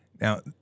Now